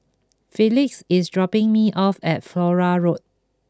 Felix is dropping me off at Flora Road